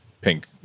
pink